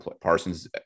Parsons